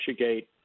Russiagate